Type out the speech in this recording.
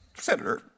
Senator